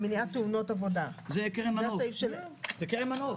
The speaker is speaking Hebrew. תאונות עבודה זאת קרן מנוף